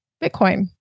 Bitcoin